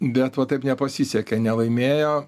bet va taip nepasisekė nelaimėjo